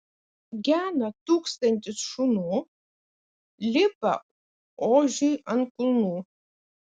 gena tūkstantis šunų lipa ožiui ant kulnų